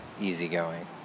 easygoing